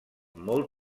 molt